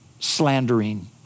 slandering